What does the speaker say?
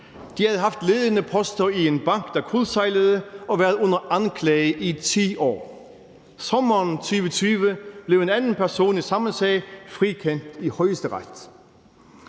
De havde haft ledende poster i en bank, der kuldsejlede, og været under anklage i 10 år. Sommeren 2020 blev en anden person i samme sag frikendt i Højesteret.